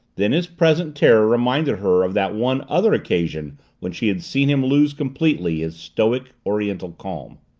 then his present terror reminded her of that one other occasion when she had seen him lose completely his stoic oriental calm.